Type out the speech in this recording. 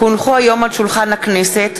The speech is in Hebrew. כי הונחו היום על שולחן הכנסת,